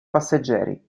passeggeri